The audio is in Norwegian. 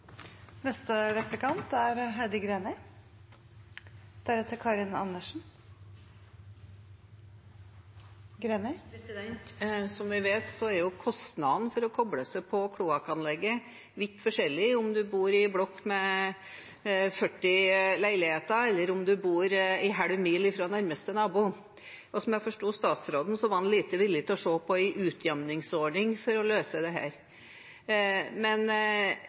å koble seg på kloakkanlegget vidt forskjellig om en bor i blokk med 40 leiligheter, eller om en bor en halv mil fra nærmeste nabo. Slik jeg forsto statsråden, var han lite villig til å se på en utjevningsordning for å løse dette. Men